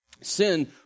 Sin